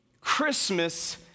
Christmas